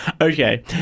okay